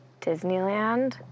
Disneyland